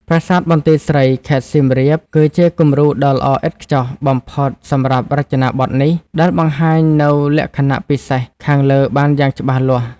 ប្រាសាទបន្ទាយស្រី (ខេត្តសៀមរាប) គឺជាគំរូដ៏ល្អឥតខ្ចោះបំផុតសម្រាប់រចនាបថនេះ ដែលបង្ហាញនូវលក្ខណៈពិសេសខាងលើបានយ៉ាងច្បាស់លាស់។